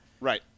Right